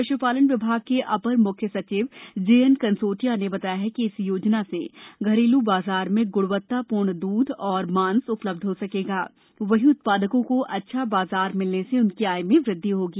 पश्पालन विभाग के अपर मुख्य सचिव जे एन कसोटिया ने बताया कि इस योजना से घरेलू बाजा में गुणवत्तापूर्ण दूध और मांस उपलब्ध हो सकेगा वहीं उत्पादकों को अच्छा बाजार मिलने से उनकी आय में वृद्धि होगी